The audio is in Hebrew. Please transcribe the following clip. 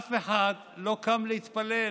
אף אחד לא קם להתפלל: